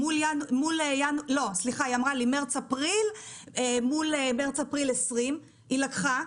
2019, מרץ-אפריל מול מרץ-אפריל 2020, היא לקחה.